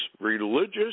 religious